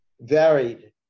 varied